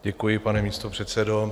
Děkuji, pane místopředsedo.